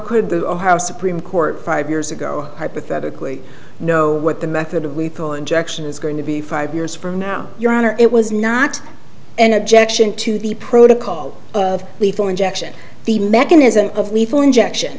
could the how supreme court five years ago hypothetically know what the method of lethal injection is going to be five years from now your honor it was not an objection to the protocol of lethal injection the mechanism of lethal injection